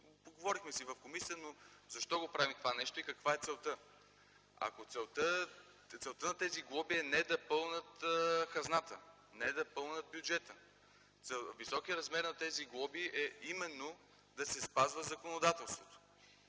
Говорихме си в комисията, но аз все още не разбирам защо правим това нещо и каква е целта. Целта на тези глоби е не да пълнят хазната, не да пълнят бюджета. Високият размер на тези глоби е именно да се спазва законодателството.